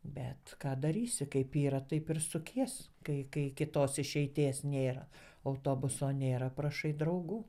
bet ką darysi kaip yra taip ir sukies kai kai kitos išeities nėra autobuso nėra prašai draugų